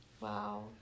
Wow